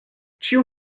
ĉiu